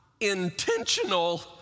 intentional